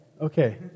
Okay